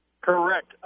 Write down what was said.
Correct